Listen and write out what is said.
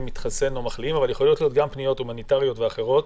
מתחסן או מחלים אבל יכולות להיות גם פניות הומניטריות ואחרות.